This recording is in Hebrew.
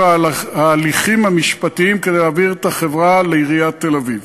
ההליכים המשפטיים כדי להעביר את החברה לעיריית תל-אביב.